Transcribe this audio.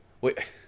wait